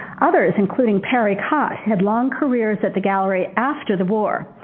others, including perry cott had long careers at the gallery after the war.